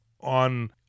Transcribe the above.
on